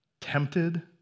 Tempted